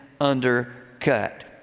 undercut